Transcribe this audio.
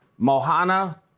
Mohana